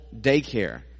daycare